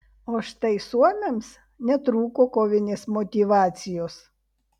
o štai suomiams netrūko kovinės motyvacijos